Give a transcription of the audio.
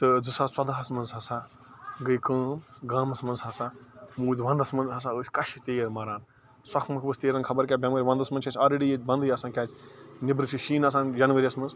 تہٕ زٕ ساس ژۄدہَس منٛز ہَسا گٔے کٲم گامَس منٛز ہسا موٗدۍ وَنٛدَس منٛز ہسا ٲسۍ کَشہِ تیٖر مَران سۄکھ مکھ ؤژھ تیٖرَن خبر کیٛاہ بیٚمٲرۍ وَنٛدَس منٛز چھُ اسہِ آلریٚڈی ییٚتہِ بنٛدٕے آسان کیٛازِ نیٚبرٕ چھُ شیٖن آسان جَنؤری یَس منٛز